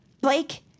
Blake